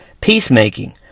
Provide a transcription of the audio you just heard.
peacemaking